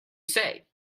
say